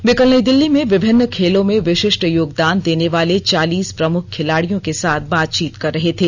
वे कल नई दिल्ली में विभिन्न खेलों में विशिष्ट योगदान देने वाले चालीस प्रमुख खिलाड़ियों के साथ बातचीत कर रहे थे